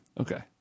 Okay